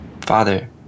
Father